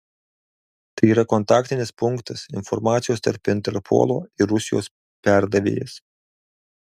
tai yra kontaktinis punktas informacijos tarp interpolo ir rusijos perdavėjas